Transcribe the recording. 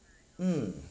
mm